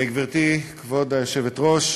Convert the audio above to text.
גברתי כבוד היושבת-ראש,